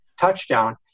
touchdown –